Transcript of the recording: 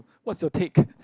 what's your take